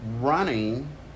running